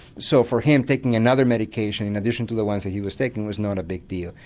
so for him taking another medication in addition to the ones that he was taking was not a big deal.